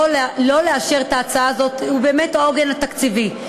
לא לאשר את ההצעה הזאת הוא באמת העוגן התקציבי.